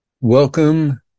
Welcome